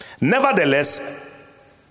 Nevertheless